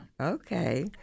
Okay